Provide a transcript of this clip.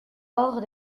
hors